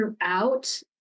throughout